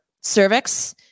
cervix